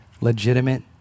legitimate